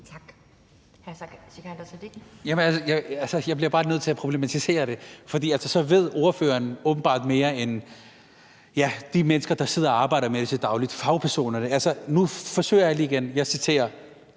jeg bliver bare nødt til at problematisere det, for så ved ordføreren åbenbart mere end de mennesker, der sidder og arbejder med det til daglig, fagpersonerne. Nu forsøger jeg lige igen. Jeg citerer